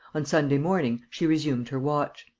on sunday morning, she resumed her watch.